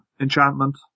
enchantment